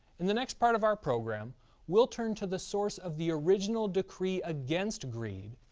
in the next part of our program we'll turn to the source of the original decree against greed,